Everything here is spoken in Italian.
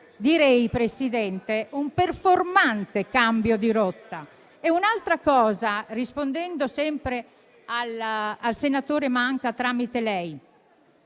dire, anzi direi un performante cambio di rotta. Un'altra cosa, rispondendo sempre al senatore Manca, tramite lei,